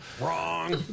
wrong